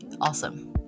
awesome